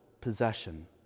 possession